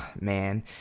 Man